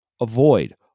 Avoid